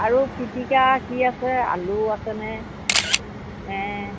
আৰু পিতিকা কি আছে আলু আছেনে নে